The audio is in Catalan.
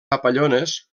papallones